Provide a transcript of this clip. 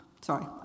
sorry